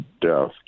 death